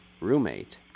Roommate